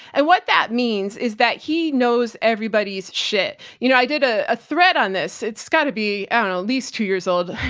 and what that means is that he knows everybody's shit. you know, i did a thread on this. it's got to be ah at least two years old,